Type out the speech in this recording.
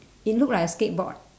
it look like a skateboard